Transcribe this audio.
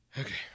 Okay